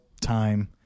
time